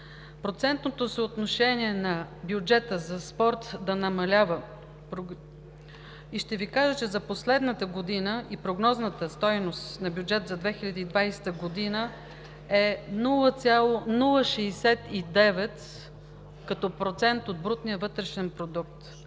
процентното съотношение на бюджета за спорт намалява. Ще Ви кажа, че за последната година и прогнозната стойност на бюджета за 2020 г. е 0,069% от брутния вътрешен продукт.